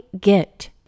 get